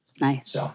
Nice